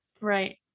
right